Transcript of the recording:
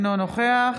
אינו נוכח